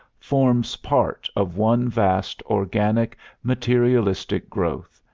forms part of one vast organic materialistic growth,